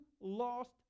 lost